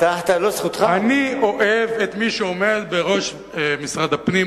אני אוהב את מי שעומד בראש משרד הפנים,